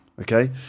okay